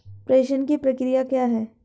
प्रेषण की प्रक्रिया क्या है?